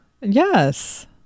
yes